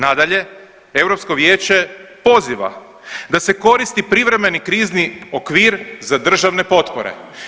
Nadalje, Europsko vijeće poziva da se koristi privremeni krizni okvir za državne potpore.